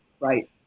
right